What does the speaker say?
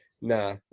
nah